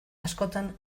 askotan